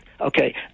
okay